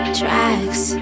tracks